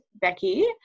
Becky